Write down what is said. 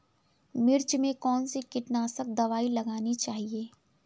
मिर्च में कौन सी कीटनाशक दबाई लगानी चाहिए?